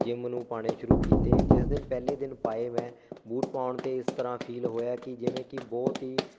gym ਨੂੰ ਪਾਉਣੇ ਸ਼ੁਰੂ ਕੀਤੇ ਜਿਸ ਦਿਨ ਪਹਿਲੇ ਦਿਨ ਪਾਏ ਮੈਂ ਬੂਟ ਪਾਉਣ 'ਤੇ ਇਸ ਤਰ੍ਹਾਂ ਫੀਲ ਹੋਇਆ ਕਿ ਜਿਵੇਂ ਕਿ ਬਹੁਤ ਹੀ